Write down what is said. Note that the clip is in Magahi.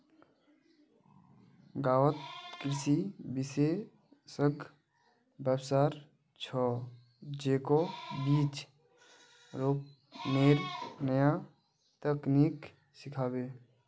गांउत कृषि विशेषज्ञ वस्वार छ, जेको बीज रोपनेर नया तकनीक सिखाबे